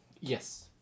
Yes